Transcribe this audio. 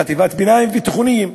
חטיבות הביניים והתיכונים,